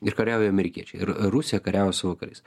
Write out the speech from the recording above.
ir kariauja amerikiečiai ir rusija kariauja su vakarais